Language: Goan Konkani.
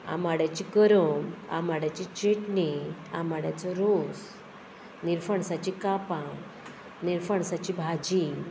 आमाड्याची करम आंबाड्याची चेटणी आंबाड्याचो रोस निरफणसाची कापां निरफणसाची भाजी